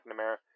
McNamara